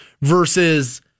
versus